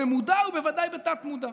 במודע ובוודאי בתת-מודע.